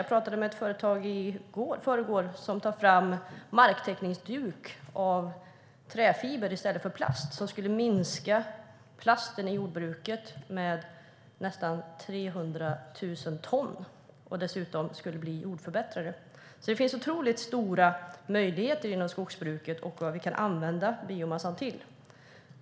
Jag talade med ett företag i förrgår som tar fram marktäckningsduk av träfiber i stället för plast. Det skulle minska användningen av plast i jordbruket med nästan 300 000 ton. Dukarna skulle dessutom bli jordförbättrare. Det finns otroligt stora möjligheter inom skogsbruket och vad vi kan använda biomassan till.